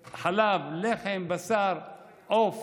חלב, לחם, בשר, עוף